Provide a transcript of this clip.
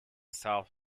south